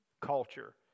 culture